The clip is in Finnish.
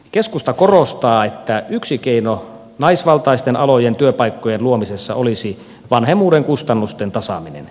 keskusta korostaa että yksi keino naisvaltaisten alojen työpaikkojen luomisessa olisi vanhemmuuden kustannusten tasaaminen